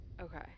Okay